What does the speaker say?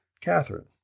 Catherine